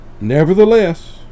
Nevertheless